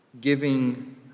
giving